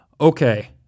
okay